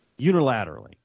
unilaterally